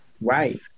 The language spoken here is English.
Right